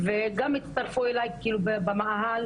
וגם הצטרפו אליי למאהל,